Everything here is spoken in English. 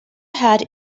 had